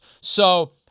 So-